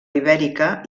ibèrica